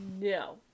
No